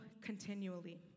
continually